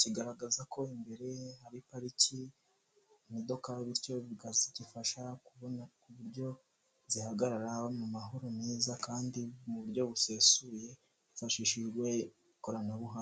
kigaragaza ko imbere hari pariki imodoka bityo bikazifasha kubona uburyo zihagarara mu mahoro meza kandi mu buryo busesuye hifashishijwe ikoranabuhanga.